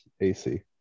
AC